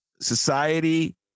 Society